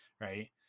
right